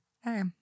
Hey